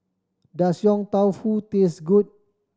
does Yong Tau Foo taste good